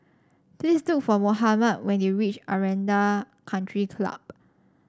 please look for Mohammad when you reach Aranda Country Club